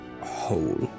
whole